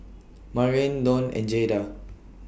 Maryanne Donn and Jaeda